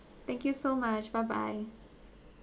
thank you so much bye bye